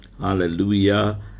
hallelujah